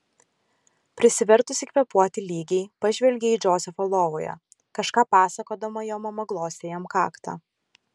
prisivertusi kvėpuoti lygiai pažvelgė į džozefą lovoje kažką pasakodama jo mama glostė jam kaktą